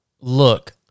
Look